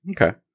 Okay